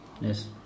Yes